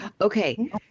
Okay